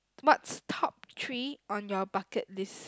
what's top three on your bucket list